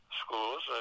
schools